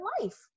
life